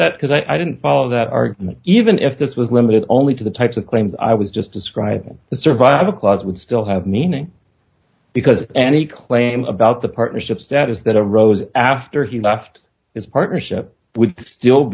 that because i didn't follow that argument even if that was limited only to the types of claims i was just describing the survival clause would still have meaning because any claim about the partnerships that is that arose after he left his partnership would still